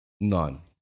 None